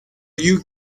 you